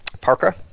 parka